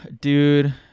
Dude